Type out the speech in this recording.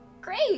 great